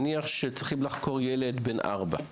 נניח שהם צריכים לחקור ילד בן ארבע.